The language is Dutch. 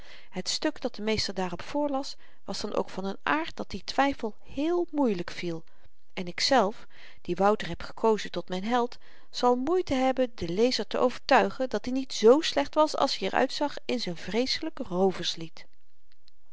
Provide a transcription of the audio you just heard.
het stuk dat de meester daarop voorlas was dan ook van n aard dat die twyfel heel moeielyk viel en ikzelf die wouter heb gekozen tot myn held zal moeite hebben den lezer te overtuigen dat-i niet z slecht was als i er uitzag in z'n vreeselyk rooverslied